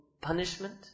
punishment